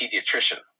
pediatrician